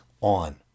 on